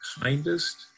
kindest